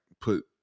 put